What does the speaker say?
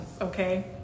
okay